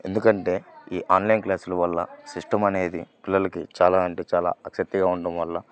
ఎందుకంటే ఈ ఆన్లైన్ క్లాసుల వల్ల సిస్టం అనేది పిల్లలకి చాలా అంటే చాలా ఆసక్తిగా ఉండడం వల్ల